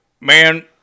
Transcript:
man